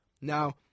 Now